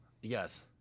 Yes